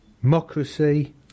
democracy